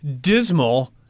dismal